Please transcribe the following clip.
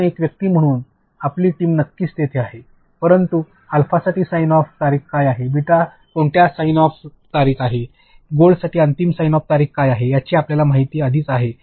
आपण एक व्यक्ती म्हणून आपली टीम नक्कीच तिथे आहे परंतु अल्फासाठी साइन ऑफ तारीख काय आहे बीटासाठी कोणत्या साइन ऑफ तारीख आहे गोल्डसाठी अंतिम साइन ऑफ तारीख काय आहे याची आपल्याला माहिती आधीच आहे